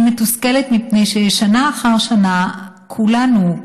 אני מתוסכלת מפני ששנה אחר שנה כולנו,